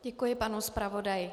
Děkuji panu zpravodaji.